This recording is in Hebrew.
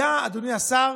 אדוני השר,